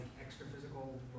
extra-physical